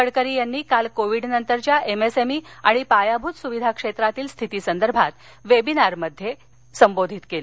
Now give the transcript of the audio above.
गडकरी यांनी काल कोविड नंतरच्या एमएसएमई आणि पायाभूत सुविधा क्षेत्रातील स्थितीसंदर्भात वेबिनारमध्ये बोलत होते